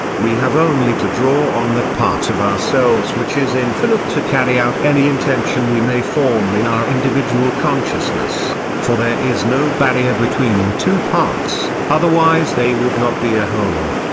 we have only to draw on that part of ourselves which is infinite to carry out any intention we may form in our individual consciousness for there is no barrier between the two parts, otherwise they would not be a whole.